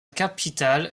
capitale